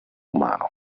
umano